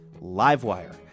livewire